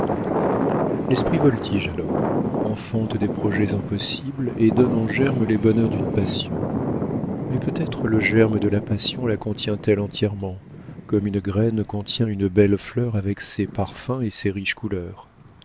l'esprit voltige alors enfante des projets impossibles et donne en germe les bonheurs d'une passion mais peut-être le germe de la passion la contient elle entièrement comme une graine contient une belle fleur avec ses parfums et ses riches couleurs